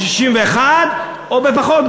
ב-61 או בפחות.